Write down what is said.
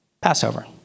Passover